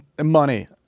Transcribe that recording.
money